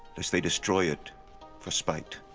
lest they destroy it for spite.